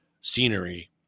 scenery